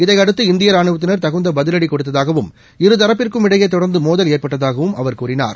இதையடுத்து இந்திய ரானுவத்தினா் தகுந்த பதிவடி கொடுத்ததாகவும் இரு தரப்பிற்கும் இடையே தொடா்ந்து மோதல் ஏற்பட்டதாகவும் அவர் கூறினார்